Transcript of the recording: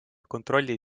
kontrolli